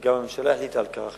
וגם הממשלה החליטה על כך,